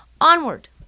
onward